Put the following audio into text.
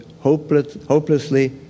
hopelessly